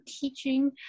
teaching